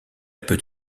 peut